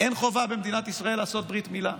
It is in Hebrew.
אין חובה במדינת ישראל לעשות ברית מילה,